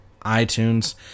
itunes